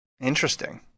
Interesting